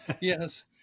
Yes